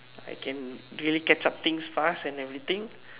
I can really catch up things fast and everything